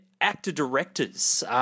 actor-directors